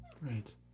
right